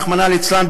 רחמנא ליצלן,